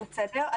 אוקיי, בסדר.